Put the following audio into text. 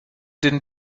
den